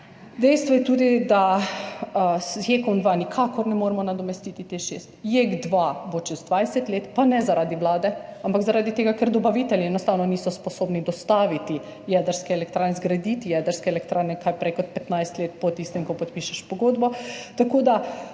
dejstvo je tudi, da z JEK 2 nikakor ne moremo nadomestiti TEŠ 6. JEK 2 bo čez 20 let, pa ne zaradi vlade, ampak zaradi tega, ker dobavitelji enostavno niso sposobni dostaviti jedrske elektrarne, zgraditi jedrske elektrarne kaj prej kot 15 let po tistem, ko podpišeš pogodbo.